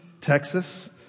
Texas